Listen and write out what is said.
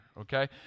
okay